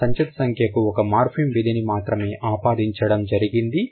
ఆ సంచిత సంఖ్యకు ఒక్క మార్ఫిమ్ విధిని మాత్రమే ఆపాదించడం జరిగింది